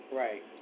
right